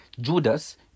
judas